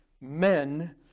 men